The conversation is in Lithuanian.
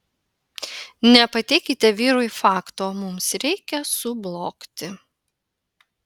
nepateikite vyrui fakto mums reikia sublogti